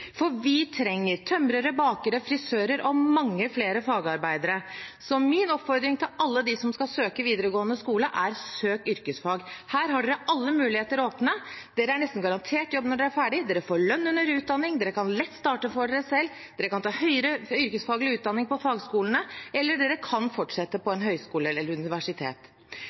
for vi trenger tømrere, bakere, frisører og mange flere fagarbeidere. Så min oppfordring til alle dem som skal søke på videregående skole, er: Søk yrkesfag! Der har dere alle muligheter åpne, dere er nesten garantert jobb når dere er ferdig, dere får lønn under utdanning, dere kan lett starte for seg selv, dere kan ta høyere yrkesfaglig utdanning på fagskolene, og dere kan fortsette på en høyskole eller et universitet.